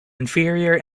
inferior